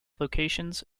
locations